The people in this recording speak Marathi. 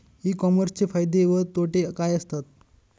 ई कॉमर्सचे फायदे व तोटे काय असतात?